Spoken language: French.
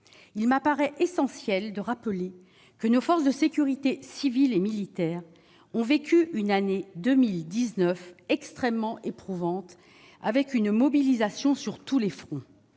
Il m'apparaît essentiel de rappeler que nos forces de sécurité civiles et militaires ont vécu une année 2019 extrêmement éprouvante, avec une mobilisation sur tous les fronts